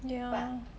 ya